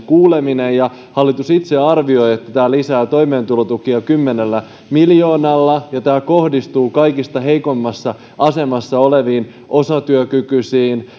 kuulemisen ja hallitus itse arvioi että tämä lisää toimeentulotukia kymmenellä miljoonalla ja tämä kohdistuu kaikista heikoimmassa asemassa oleviin osatyökykyisiin